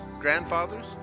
grandfathers